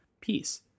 peace